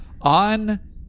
on